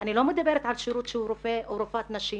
אני לא מדברת על שירות שהוא רופא או רופאת נשים